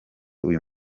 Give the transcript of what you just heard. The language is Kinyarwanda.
uyu